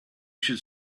should